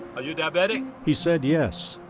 are you diabetic? he said yes.